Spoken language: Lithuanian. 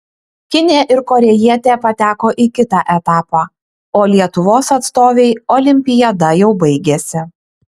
kinė ir korėjietė pateko į kitą etapą o lietuvos atstovei olimpiada jau baigėsi